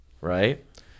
right